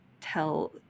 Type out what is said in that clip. tell